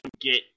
get